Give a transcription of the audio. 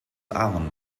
ahorn